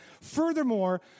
Furthermore